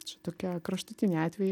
čia tokie kraštutiniai atvejai